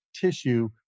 tissue